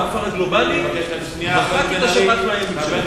והכפר הגלובלי מחק את השבת מהימים שלו.